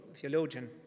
theologian